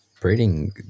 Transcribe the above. breeding